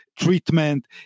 treatment